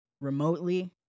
remotely